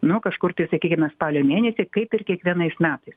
nu kažkur tai sakykime spalio mėnesį kaip ir kiekvienais metais